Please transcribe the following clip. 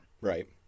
Right